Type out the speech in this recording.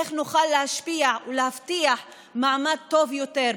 איך נוכל להשפיע ולהבטיח לנשים מעמד טוב יותר,